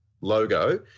logo –